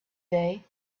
day